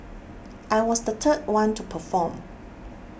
I was the third one to perform